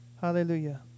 Hallelujah